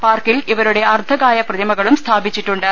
പാർക്കിൽ ഇവരുടെ അർദ്ധകായ പ്രതിമകളും സ്ഥാപിച്ചിട്ടുണ്ട്